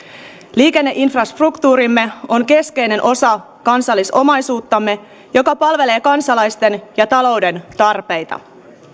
liikenneinfrastruktuurimme on keskeinen osa kansallisomaisuuttamme joka palvelee kansalaisten ja talouden tarpeita